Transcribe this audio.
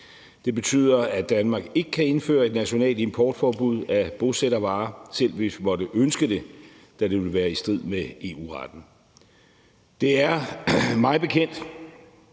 Det betyder, at Danmark ikke kan indføre et nationalt importforbud af bosættervarer, selv hvis vi måtte ønske det, da det vil være i strid med EU-retten. Det er mig bekendt